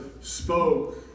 spoke